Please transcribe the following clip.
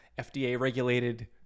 FDA-regulated